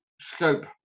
scope